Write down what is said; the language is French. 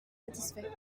satisfait